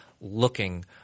looking